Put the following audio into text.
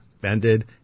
Bended